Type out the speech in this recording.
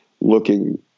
looking